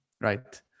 right